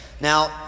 Now